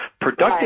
Productive